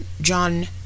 john